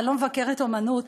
ואני לא מבקרת אמנות,